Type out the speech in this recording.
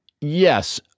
Yes